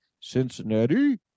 Cincinnati